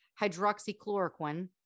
hydroxychloroquine